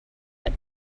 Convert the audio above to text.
but